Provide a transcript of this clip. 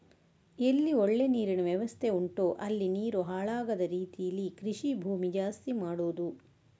ಎಲ್ಲಿ ಒಳ್ಳೆ ನೀರಿನ ವ್ಯವಸ್ಥೆ ಉಂಟೋ ಅಲ್ಲಿ ನೀರು ಹಾಳಾಗದ ರೀತೀಲಿ ಕೃಷಿ ಭೂಮಿ ಜಾಸ್ತಿ ಮಾಡುದು